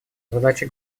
задача